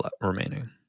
remaining